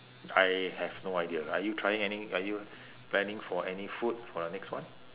I have no idea are you trying anything are you planning for any food for the next one